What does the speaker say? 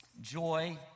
joy